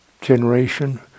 generation